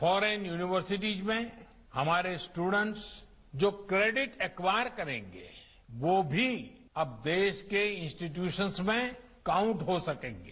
फौरन यूनिवर्सिटीज में हमारे स्टूडेन्ट्स जो क्रेडिट एक्वॉयर करेंगे वो भी अब देश के इंस्टीट्यूशन में काउंट हो सकेंगे